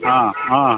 ಹಾಂ ಹಾಂ